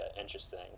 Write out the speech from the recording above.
interesting